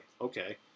Okay